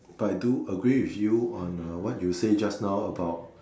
but I do agree with you on uh what you said just now about